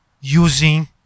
using